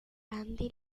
andy